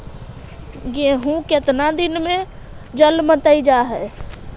गेहूं केतना दिन में जलमतइ जा है?